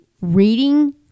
reading